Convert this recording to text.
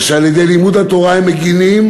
ועל-ידי לימוד התורה הם מגינים,